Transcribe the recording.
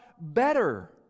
better